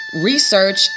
research